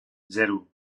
zero